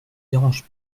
dérange